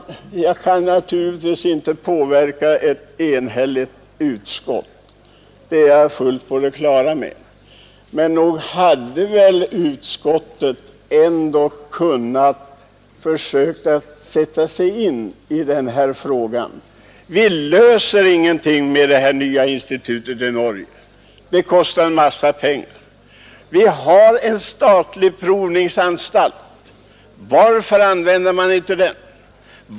Jag kan naturligtvis inte påverka ett enhälligt utskott, det är jag fullt på det klara med. Men nog hade väl utskottet ändå kunnat försöka sätta sig in i den här frågan. Vi löser inga problem med det nya institutet i Norge. Det kostar en massa pengar. Vi har en statlig provningsanstalt. Varför använder man inte den?